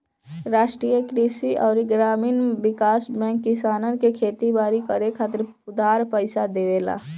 राष्ट्रीय कृषि अउरी ग्रामीण विकास बैंक किसानन के खेती बारी करे खातिर उधार पईसा देवेला